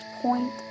point